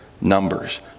Numbers